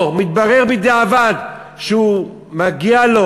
או שהתברר בדיעבד שמגיע לו,